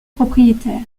propriétaire